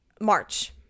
March